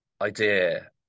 idea